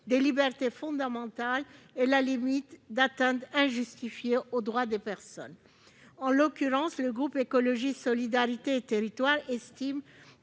des libertés fondamentales et dans la limite d'une atteinte injustifiée au droit des personnes. En l'occurrence, le groupe Écologiste - Solidarité et Territoires estime